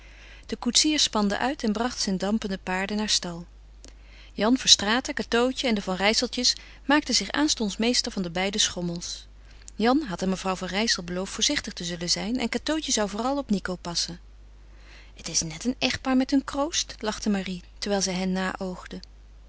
de koetsier spande uit en bracht zijn dampende paarden naar stal jan verstraeten cateautje en de van rijsseltjes maakten zich aanstonds meester van de beide schommels jan had aan mevrouw van rijssel beloofd voorzichtig te zullen zijn en cateautje zou vooral op nico passen het is net een echtpaar met hun kroost lachte marie terwijl zij hen